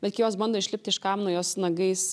bet kai jos bando išlipt iš kamino jos nagais